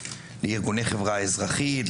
לארגוני החברה האזרחית,